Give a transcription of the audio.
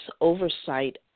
oversight